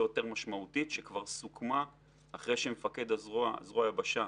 משמעותית שכבר סוכמה אחרי שמפקד זרוע היבשה